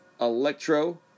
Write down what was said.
electro